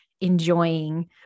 enjoying